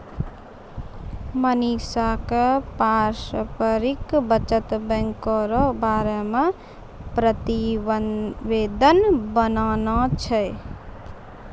मनीषा क पारस्परिक बचत बैंको र बारे मे प्रतिवेदन बनाना छै